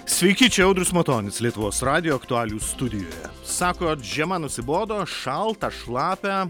sveiki čia audrius matonis lietuvos radijo aktualijų studijoje sako žiema nusibodo šalta šlapia